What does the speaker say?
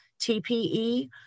TPE